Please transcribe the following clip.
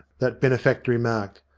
that benefactor remarked.